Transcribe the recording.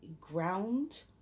ground